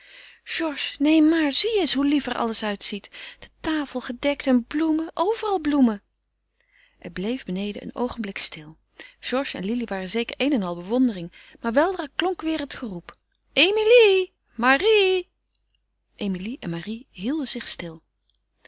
georges neen maar zie eens hoe lief alles er uitziet de tafel gedekt en bloemen overal bloemen het bleef beneden een oogenblik stil georges en lili waren zeker een en al bewondering maar weldra klonk weder het geroep emilie marie emilie en marie hielden zich stil